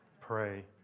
Pray